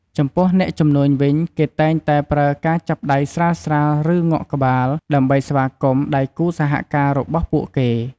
ចំពោះអ្នកជំនួញវិញ គេតែងតែប្រើការចាប់ដៃស្រាលៗ ឬងក់ក្បាល ដើម្បីស្វាគមន៍ដៃគូរសហការរបស់ពួកគេ។